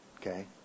Okay